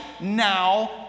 now